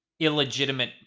illegitimate